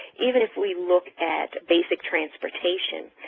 even if we look at basic transportation,